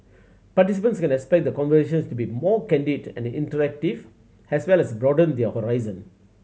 participants can expect the conversations to be more candid and interactive as well as broaden their horizons